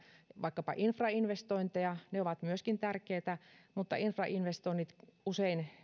vaikkapa infrainvestointeja ne ovat myöskin tärkeitä mutta infrainvestoinnit usein